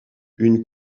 une